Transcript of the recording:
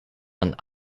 and